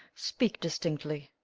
speak distinctly.